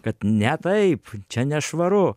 kad ne taip čia nešvaru